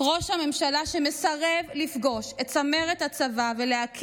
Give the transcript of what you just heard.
ראש ממשלה שמסרב לפגוש את צמרת הצבא ולהכיר